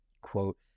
quote